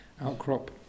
outcrop